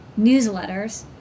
newsletters